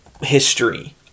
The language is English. history